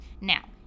Now